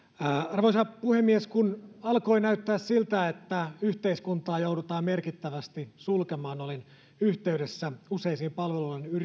arvoisa puhemies kun alkoi näyttää siltä että yhteiskuntaa joudutaan merkittävästi sulkemaan olin yhteydessä useisiin palvelualan